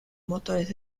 motores